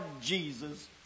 Jesus